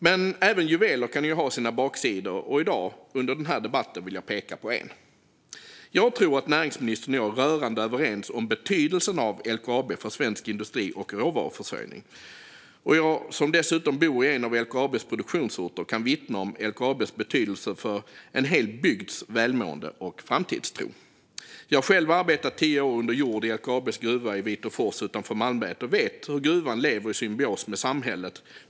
Men även juveler kan ha sina baksidor, och i den här debatten vill jag peka på en. Jag tror att näringsministern och jag är rörande överens om betydelsen av LKAB för svensk industri och råvaruförsörjning. Jag som dessutom bor på en av LKAB:s produktionsorter kan vittna om LKAB:s betydelse för en hel bygds välmående och framtidstro. Jag har själv arbetat tio år under jord i LKAB:s gruva i Vitåfors utanför Malmberget och vet hur gruvan lever i symbios med samhället.